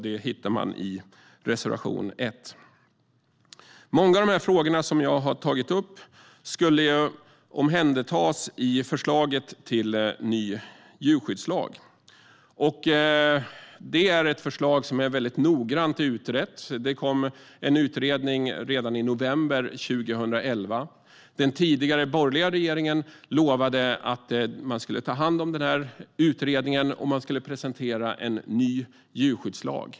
Det hittar man i reservation 1. Många av de frågor jag har tagit upp skulle omhändertas i förslaget till ny djurskyddslag. Det är ett förslag som är noggrant utrett; det kom en utredning redan i november 2011. Den tidigare borgerliga regeringen lovade att man skulle ta hand om den utredningen och presentera en ny djurskyddslag.